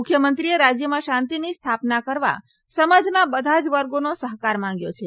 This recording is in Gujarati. મુખ્યમંત્રીએ રાજ્યમાં શાંતિની સ્થાપના કરવા સમાજના બધા જ વર્ગોનો સહકાર માંગ્યો છે